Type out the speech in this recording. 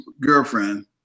girlfriend